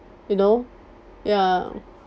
you know ya